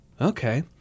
okay